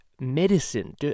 medicine